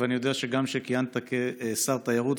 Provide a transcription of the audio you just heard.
ואני יודע שגם כשכיהנת כשר תיירות,